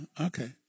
Okay